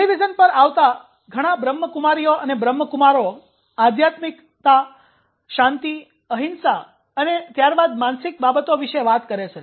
television પર આવતા ઘણા બ્રહ્મકુમારીઓ અને બ્રહ્મકુમારો આધ્યાત્મિકતા શાંતિ અહિંસા અને ત્યાર બાદ માનસિક બાબતો વિશે વાત કરે છે